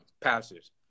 passes